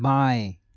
बाएँ